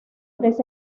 tres